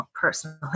personally